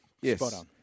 Yes